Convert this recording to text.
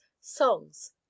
songs